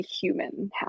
human